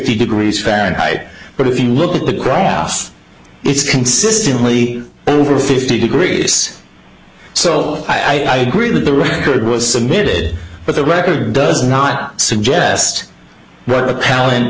degrees fahrenheit but if you look at the graph it's consistently over fifty degrees so i agree with the record was submitted but the record does not suggest what the pal